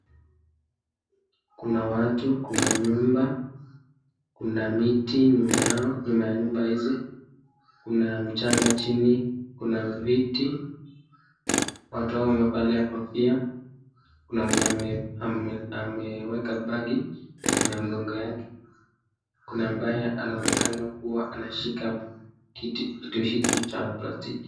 Kuna watu, kuna nyumba, kuna miti nyuma yao, nyuma ya nyumba hizi, kuna mchanga chini, kuna viti, watu wamevalia kofia, kuna mwenye ameweka bagi nyuma ya mgongo yake, kuna anayeonekana anashika kuwa kitu hiki cha plastiki.